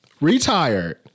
retired